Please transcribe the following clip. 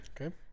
Okay